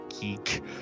Geek